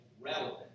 relevant